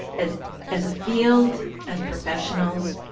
as as a field, as professionals,